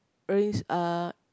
raise uh